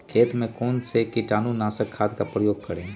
खेत में कौन से कीटाणु नाशक खाद का प्रयोग करें?